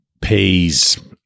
pays